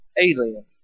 alien